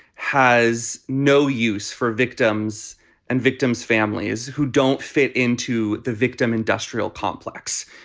has no use for victims and victims families who don't fit into the victim industrial complex,